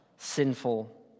sinful